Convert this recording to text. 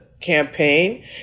campaign